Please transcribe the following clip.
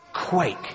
quake